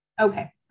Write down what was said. Okay